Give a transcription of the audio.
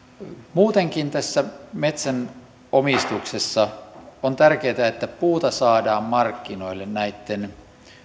muutenkin tässä metsänomistuksessa on tärkeätä että puuta saadaan markkinoille näitten